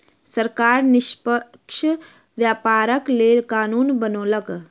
सरकार निष्पक्ष व्यापारक लेल कानून बनौलक